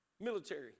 Military